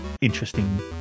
interesting